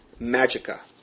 Magica